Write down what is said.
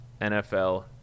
NFL